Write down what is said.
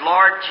Lord